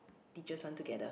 teacher's one together